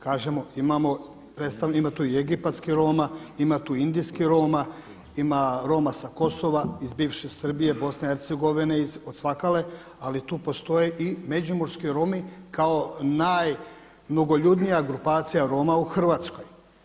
Kažemo, ima tu i egipatskih Roma, ima tu indijskih Roma, ima Roma sa Kosova, iz bivše Srbije, BiH, od svakale ali tu postoje i međimurski Romi kao najmnogoljudnija grupacija Roma u Hrvatskoj.